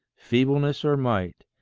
feebleness or might,